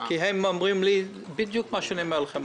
כי הם אומרים לי בדיוק את מה שאני אומר לכם.